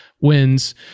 wins